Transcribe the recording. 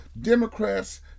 Democrats